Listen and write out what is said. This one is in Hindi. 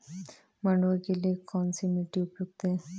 मंडुवा के लिए कौन सी मिट्टी उपयुक्त है?